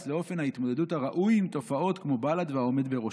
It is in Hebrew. לאופן ההתמודדות הראוי עם תופעות כמו בל"ד והעומד בראשה.